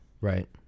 Right